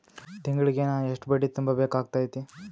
ತಿಂಗಳಿಗೆ ನಾನು ಎಷ್ಟ ಬಡ್ಡಿ ತುಂಬಾ ಬೇಕಾಗತೈತಿ?